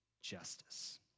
justice